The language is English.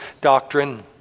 doctrine